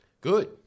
Good